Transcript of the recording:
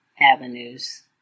avenues